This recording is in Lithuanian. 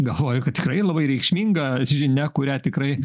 galvoju kad tikrai labai reikšminga žinia kurią tikrai